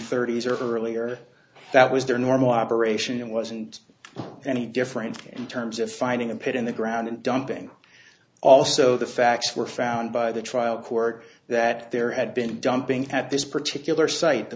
for earlier that was their normal operation it wasn't any different in terms of finding a pit in the ground and dumping also the facts were found by the trial court that there had been dumping at this particular site the